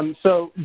um so,